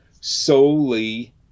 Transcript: solely